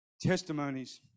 testimonies